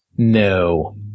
No